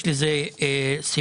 יש לזה סיבות.